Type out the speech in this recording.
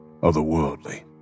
otherworldly